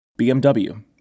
BMW